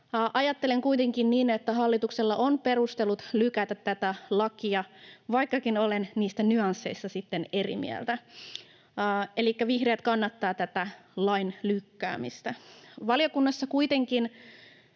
Ajattelen kuitenkin niin, että hallituksella on perustelut lykätä tätä lakia, vaikkakin olen niistä nyansseista eri mieltä. Elikkä vihreät kannattaa tätä lain lykkäämistä. Valiokunnassa kuitenkin